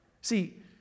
See